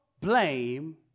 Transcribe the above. blame